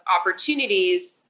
opportunities